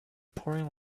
pouring